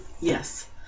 Yes